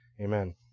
Amen